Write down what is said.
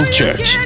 Church